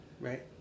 Right